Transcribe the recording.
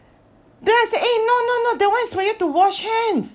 then I say eh no no no that one is for you to wash hands